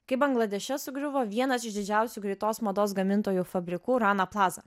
kai bangladeše sugriuvo vienas iš didžiausių greitos mados gamintojų fabrikų rana plaza